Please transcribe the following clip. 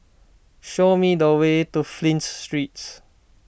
show me the way to Flint Street